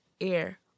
air